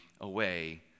away